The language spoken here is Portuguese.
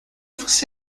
você